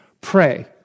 Pray